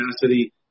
capacity